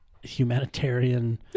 humanitarian